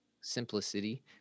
simplicity